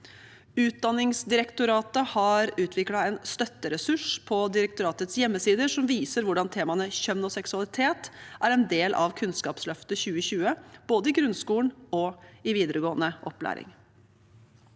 Utdanningsdirektoratet utviklet en støtteressurs som viser hvordan temaene kjønn og seksualitet er en del av Kunnskapsløftet 2020 både i grunnskolen og i videregående opplæring.